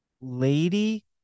lady